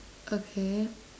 okay